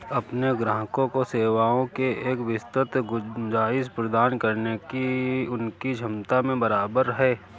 अपने ग्राहकों को सेवाओं की एक विस्तृत गुंजाइश प्रदान करने की उनकी क्षमता में बराबर है